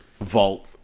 vault